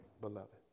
beloved